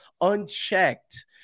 unchecked